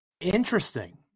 Interesting